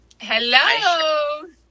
Hello